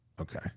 Okay